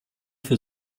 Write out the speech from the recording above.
für